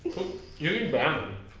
getting banned